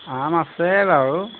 আম আছে বাৰু